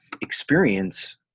experience